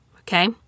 okay